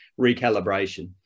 recalibration